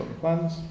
plans